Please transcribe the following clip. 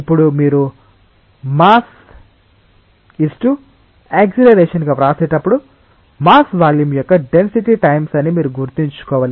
ఇప్పుడు మీరుమాస్ into acceleration గా వ్రాసేటప్పుడు మాస్ వాల్యూమ్ యొక్క డెన్సిటీ టైమ్స్ అని మీరు గుర్తుంచుకోవాలి